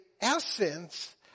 essence